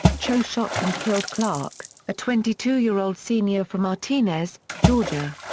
cho shot and killed clark, a twenty two year old senior from martinez, georgia.